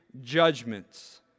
judgments